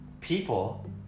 people